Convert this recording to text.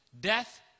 death